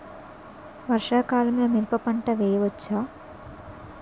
వర్షాకాలంలో మిరప పంట వేయవచ్చా?